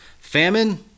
Famine